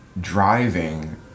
driving